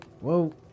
whoa